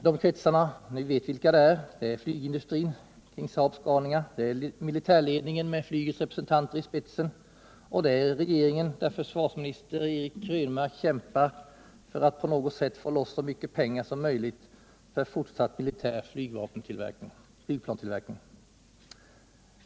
Vi vet vilka de kretsarna är — flygindustrin kring Saab Scania, militärledningen med flygvapnets representanter i spetsen och regeringen, där försvarsminister Eric Krönmark kämpar för att få loss så mycket pengar som möjligt för fortsatt militär flygplanstillverkning.